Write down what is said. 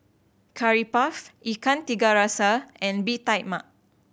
Curry Puff Ikan Tiga Rasa and Bee Tai Mak